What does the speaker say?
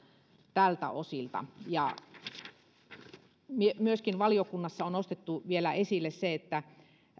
tältä osilta valiokunnassa on nostettu vielä esille se että